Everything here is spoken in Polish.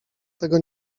tego